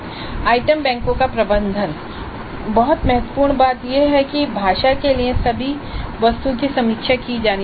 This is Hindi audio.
आइटम बैंकों का प्रबंधन बहुत महत्वपूर्ण बात यह है कि भाषा के लिए सभी वस्तुओं की समीक्षा की जानी चाहिए